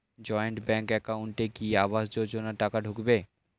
Joint bank একাউন্টে কি আবাস যোজনা টাকা ঢুকবে?